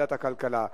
לוועדת הכלכלה נתקבלה.